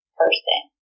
person